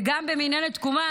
וגם במינהלת תקומה,